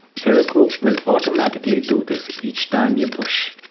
heroku will automatically do this each time you push.